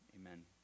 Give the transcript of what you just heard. Amen